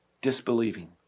disbelieving